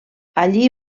allí